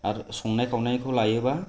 आरो संनाय खावनायखौ लायोबा